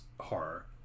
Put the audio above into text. horror